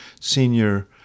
senior